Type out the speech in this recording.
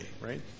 right